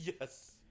Yes